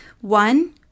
one